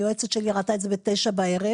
היועצת שלי ראתה את זה בתשע בערב,